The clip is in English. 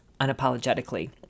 unapologetically